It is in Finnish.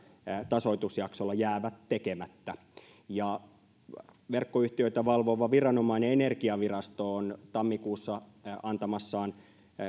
tasoitusjaksolla jäävät tekemättä verkkoyhtiöitä valvova viranomainen energiavirasto on tammikuussa antamassaan